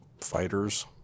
fighters